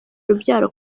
urubyaro